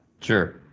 sure